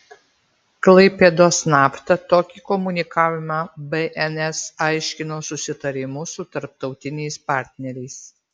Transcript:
klaipėdos nafta tokį komunikavimą bns aiškino susitarimu su tarptautiniais partneriais